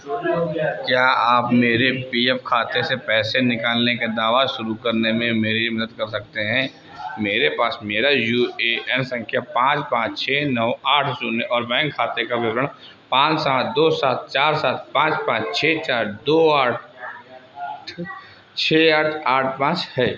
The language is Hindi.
क्या आप कृपया मेरे पी एफ खाते से पैसे निकालने का दावा शुरू करने में मेरी मदद कर सकते हैं मेरे पास मेरा यू ए एन संख्या पाँच पाँच छः नौ आठ शून्य और बैंक खाते का विवरण पाँच सात दो सात चार सात पाँच पाँच छः चार दो आठ छः आठ आठ पाँच है